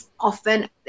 Often